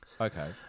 Okay